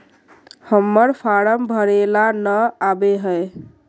हम्मर फारम भरे ला न आबेहय?